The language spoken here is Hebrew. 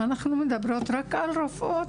אנחנו מדברות רק על רופאות.